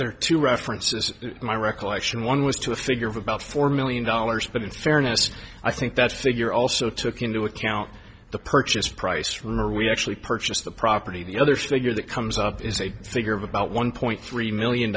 are two references my recollection one was to a figure of about four million dollars but in fairness i think that figure also took into account the purchase price rumor we actually purchased the property the others figure that comes up is a figure of about one point three million